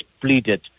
pleaded